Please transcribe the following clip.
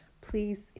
Please